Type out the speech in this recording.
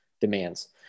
demands